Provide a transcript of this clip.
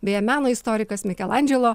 beje meno istorikas mikelandželo